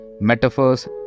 metaphors